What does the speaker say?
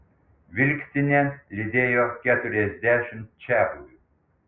vilkstinę lydėjo keturiasdešimt čiabuvių